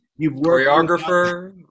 Choreographer